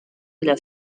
della